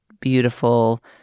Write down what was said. beautiful